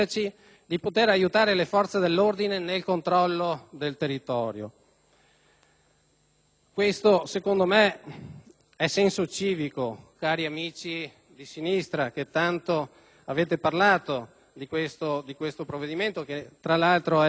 Questo, secondo me, è senso civico, cari amici di sinistra che tanto avete parlato di questo provvedimento, che, tra altro, è l'articolo 46 del disegno di legge n. 733. Questo è senso civico